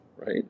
right